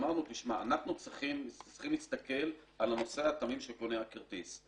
אמרנו אנחנו צריכים להסתכל על הנוסע התמים שקונה את הכרטיס.